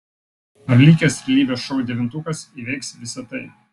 ar likęs realybės šou devintukas įveiks visa tai